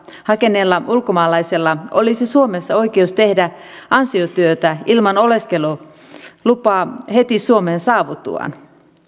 hakeneella ulkomaalaisella olisi suomessa oikeus tehdä ansiotyötä ilman oleskelulupaa heti suomeen saavuttuaan